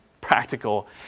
practical